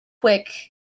quick